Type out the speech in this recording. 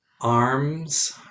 arms